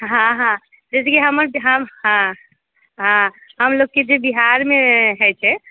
हँ हँ से जे हमर बिहारमे हँ हँ हम लोगके जे बिहारमे होइत छै